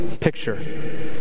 picture